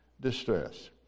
distress